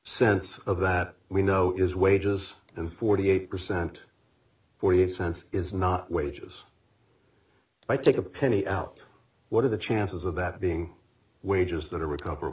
sense of that we know is wages and forty eight percent forty eight cents is not wages by take a penny out what are the chances of that being wages that are recover